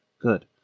Good